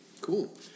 Cool